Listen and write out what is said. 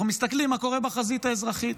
אנחנו מסתכלים מה קורה בחזית האזרחית.